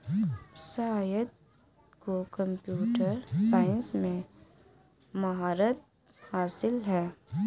सैयद को computer science में महारत हासिल है